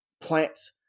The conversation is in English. Plants